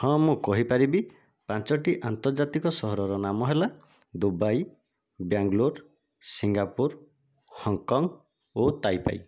ହଁ ମୁଁ କହିପାରିବି ପାଞ୍ଚଟି ଅନ୍ତର୍ଜାତିକ ସହରର ନାମ ହେଲା ଦୁବାଇ ବ୍ୟାଙ୍ଗାଲୋର ସିଙ୍ଗାପୁର ହଂକଂ ଓ ତାଇପେଇ